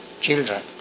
children